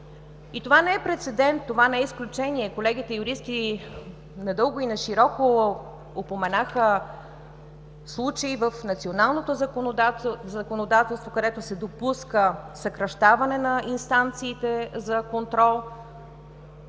Това не е прецедент, това не е изключение. Колегите юристи надълго и нашироко упоменаха случаи в националното законодателство, където се допуска съкращаване на инстанциите за контрол.